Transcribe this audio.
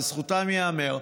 לזכותם ייאמר,